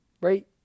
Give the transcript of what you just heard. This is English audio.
Right